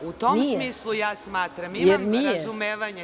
U tom smislu, ja smatram, imam razumevanje.